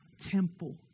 temple